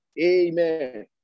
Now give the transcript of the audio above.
Amen